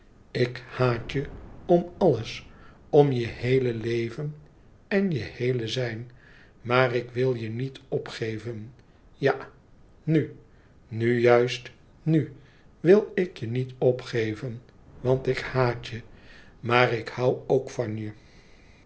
ik haat je om alles om je heele leven en je heele zijn maar ik wil je niet opgeven ja nu nu juist nu wil ik je niet opgeven want ik haat je maar ik hoû ook van je